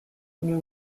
new